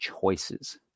choices